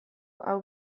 hau